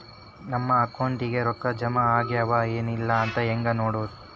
ನಮ್ಮ ಅಕೌಂಟಿಗೆ ರೊಕ್ಕ ಜಮಾ ಆಗ್ಯಾವ ಏನ್ ಇಲ್ಲ ಅಂತ ಹೆಂಗ್ ನೋಡೋದು?